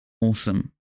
Awesome